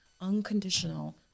unconditional